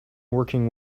working